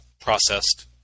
processed